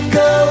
go